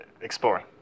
exploring